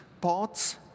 parts